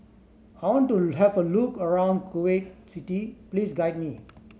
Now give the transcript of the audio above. how want to have a look around Kuwait City please guide me